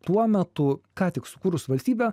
tuo metu ką tik sukūrus valstybę